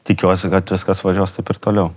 tikiuosi kad viskas važiuos taip ir toliau